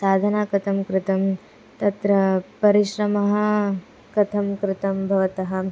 साधना कथं कृतं तत्र परिश्रमः कथं कृतं भवतः